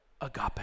Agape